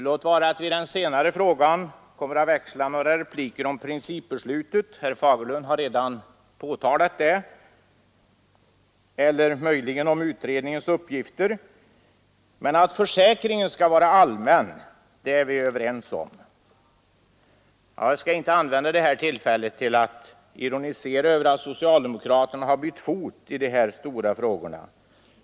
Låt vara att vi i den senare frågan kommer att växla några repliker om principbeslutet — herr Fagerlund har redan berört det — eller möjligen om utredningens uppgifter, men att försäkringen skall vara allmän, det är vi överens om. Jag skall inte använda tillfället till att ironisera över att socialdemokraterna har bytt fot i de här stora frågorna.